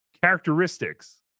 characteristics